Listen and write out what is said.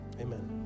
Amen